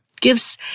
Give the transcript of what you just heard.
gives